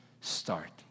start